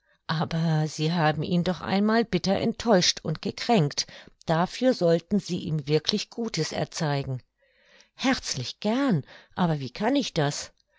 aber sie haben ihn doch einmal bitter enttäuscht und gekränkt dafür sollten sie ihm wirklich gutes erzeigen herzlich gern aber wie kann ich das